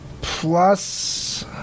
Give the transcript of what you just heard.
plus